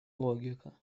логика